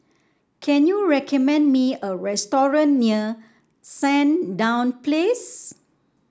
can you recommend me a restaurant near Sandown Place